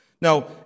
Now